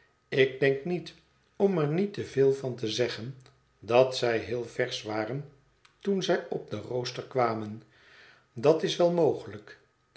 ik denk niet om er niet te veel van te zeggen dat zij heel versch wwren toen zij op den rooster kwamen dat is wel mogelijk